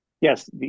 Yes